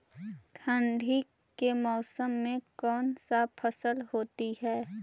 ठंडी के मौसम में कौन सा फसल होती है?